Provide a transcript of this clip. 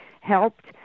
helped